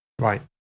Right